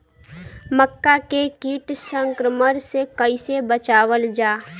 मक्का के कीट संक्रमण से कइसे बचावल जा?